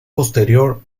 posterior